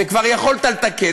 וכבר יכולת לתקן,